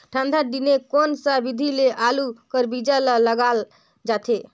ठंडा दिने कोन सा विधि ले आलू कर बीजा ल लगाल जाथे?